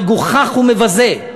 מגוחך ומבזה.